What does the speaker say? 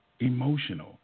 emotional